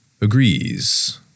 agrees